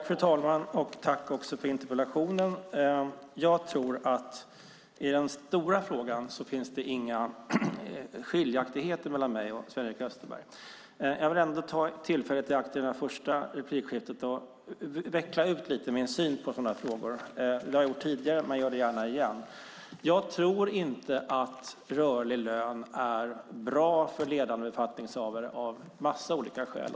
Fru talman! Tack också för interpellationen, Sven-Erik Österberg! I den stora frågan tro jag inte att det finns några skiljaktigheter mellan mig och Sven-Erik Österberg. Jag vill ändå ta tillfället i akt i detta första replikskifte att utveckla min syn på sådana här frågor. Det har jag gjort tidigare, men jag gör det gärna igen. Jag tror inte att rörlig lön är bra för ledande befattningshavare, av flera olika skäl.